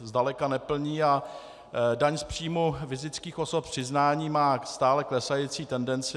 Zdaleka neplní a daň z příjmu fyzických osob v přiznáních má stále klesající tendenci.